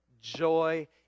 joy